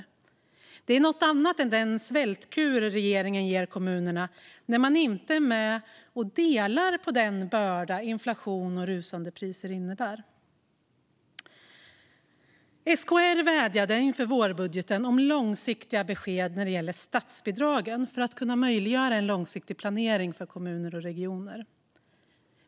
Detta är något annat än den svältkur regeringen ger kommunerna när man inte är med och delar på den börda som inflation och rusande priser innebär. SKR vädjade inför vårbudgeten om långsiktiga besked gällande statsbidragen för att möjliggöra en långsiktig planering för kommuner och regioner.